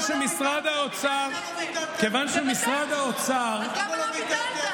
אז למה לא ביטלתם?